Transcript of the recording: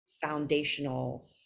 foundational